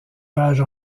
page